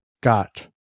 got